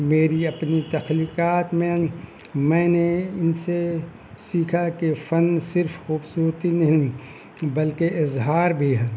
میری اپنی تخلیقات میں میں نے ان سے سیکھا کہ فن صرف خوبصورتی نہیں بلکہ اظہار بھی ہے